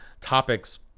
topics